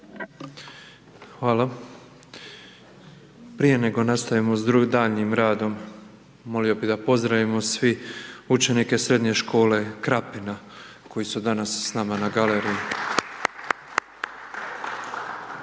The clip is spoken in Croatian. Hvala. Prije nego nastavimo s daljnjim radom molio bi da pozdravimo svi učenike Srednje škole Krapina, koji su danas s nama na galeriji.